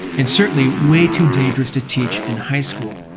and certainly way too dangerous to teach in high school.